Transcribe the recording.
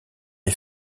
est